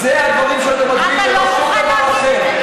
אלה הדברים שעליהם אתם מצביעים, ולא שום דבר אחר.